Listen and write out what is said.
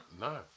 No